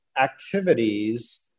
activities